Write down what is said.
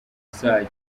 zacu